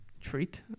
Treat